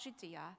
Judea